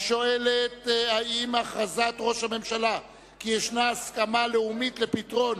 השואלת האם הכרזת ראש הממשלה כי יש הסכמה לאומית לפתרון